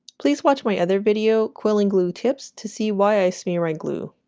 please watch my other video quill and glue tips to see why i smear my glue